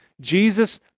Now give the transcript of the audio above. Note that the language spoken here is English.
Jesus